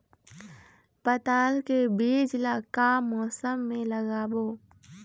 पताल के बीज ला का मौसम मे लगाबो?